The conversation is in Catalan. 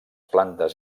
plantes